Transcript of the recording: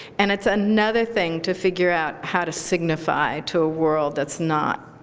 and it's another thing to figure out how to signify to a world that's not